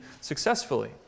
successfully